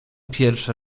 pierwszy